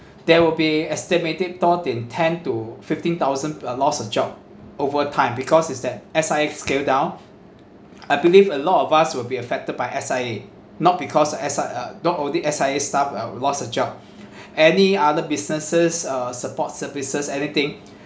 there will be estimated thought in ten to fifteen thousand a loss of job overtime because is that S_I_A scale down I believe a lot of us will be affected by S_I_A not because S_I uh not only S_I_A staff uh lost a job any other businesses uh support services anything